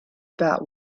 about